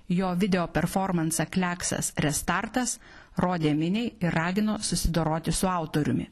jo video performansą kliaksas restartas rodė miniai ir ragino susidoroti su autoriumi